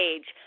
Age